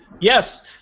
Yes